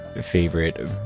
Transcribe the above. favorite